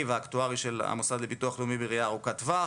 והאקטוארי של המוסד לביטוח לאומי בראייה ארוכת-טווח,